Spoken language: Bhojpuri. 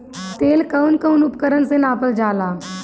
तेल कउन कउन उपकरण से नापल जाला?